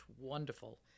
wonderful